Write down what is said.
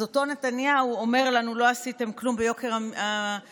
אז אותו נתניהו אומר לנו: לא עשיתם כלום ביוקר המחיה.